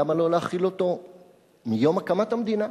למה לא להחיל אותו מיום הקמת המדינה,